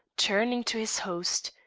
turning to his host.